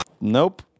Nope